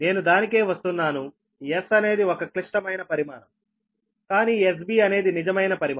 నేను దానికే వస్తున్నాను S అనేది ఒక క్లిష్టమైన పరిమాణంకానీ SBఅనేది నిజమైన పరిమాణం